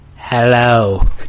Hello